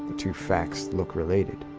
two facts look related.